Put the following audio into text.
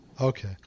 Okay